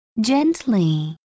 gently